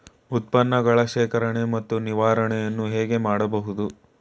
ಉತ್ಪನ್ನಗಳ ಶೇಖರಣೆ ಮತ್ತು ನಿವಾರಣೆಯನ್ನು ಹೇಗೆ ಮಾಡಬಹುದು?